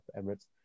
Emirates